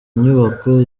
inyubako